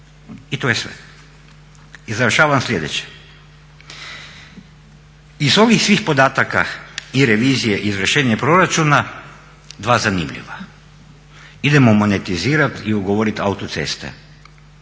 i to je sve. I završavam slijedeće, iz ovih svih podataka i revizije i izvršenja proračuna dva zanimljiva, idemo monetizirati i ugovorit autoceste.